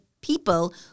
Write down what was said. people